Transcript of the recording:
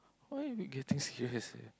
why you getting seriously